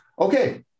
Okay